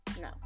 No